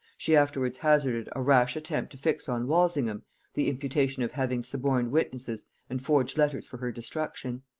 she afterwards hazarded a rash attempt to fix on walsingham the imputation of having suborned witnesses and forged letters for her destruction.